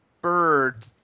bird